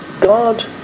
God